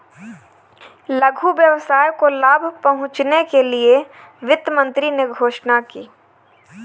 लघु व्यवसाय को लाभ पहुँचने के लिए वित्त मंत्री ने घोषणा की